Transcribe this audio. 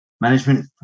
management